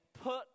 put